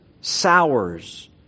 sours